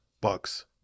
bucks